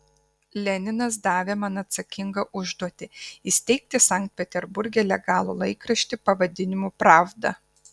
leninas davė man atsakingą užduotį įsteigti sankt peterburge legalų laikraštį pavadinimu pravda